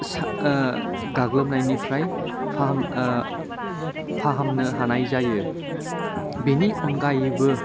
सा गाग्लोबनायनिफ्राय फाहाम फाहामनो हानाय जायो बेनि अनगायैबो